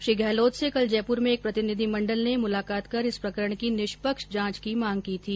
श्री गहलोत से कल जयपुर में एक प्रतिनिधिमण्डल ने मुलाकात कर इस प्रकरण की निष्पक्ष जांच की मांग की थी